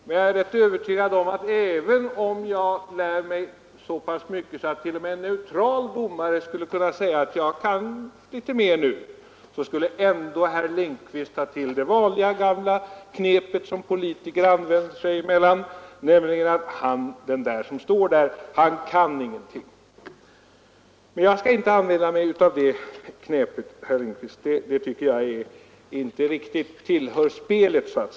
Och jag är rätt säker på att även om jag lär mig så pass mycket att också en neutral domare skulle säga, att jag kan litet mer, skulle herr Lindkvist ändå ta till detta gamla knep som politiker använder sig av sinsemellan, nämligen att säga att motståndaren inte kan någonting. Men jag skall inte använda det knepet, herr Lindkvist, det tycker jag inte riktigt hör till spelet.